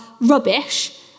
rubbish